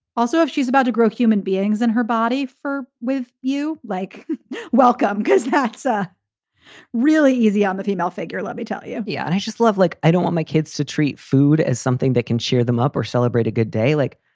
also, if she's about to grow human beings in her body for with you. like welcome. because that's a really easy on the female figure. let me tell you. yeah. and i just love like i don't want my kids to treat food as something that can cheer them up or celebrate a good day like.